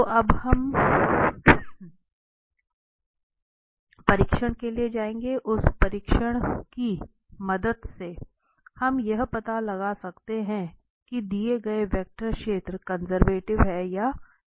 तो अब हम परीक्षण के लिए जाएंगेउस परीक्षण की मदद से हम यह पता लगा सकते हैं कि दिए गए वेक्टर क्षेत्र कंजर्वेटिव है या नहीं